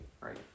right